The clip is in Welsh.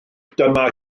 dyma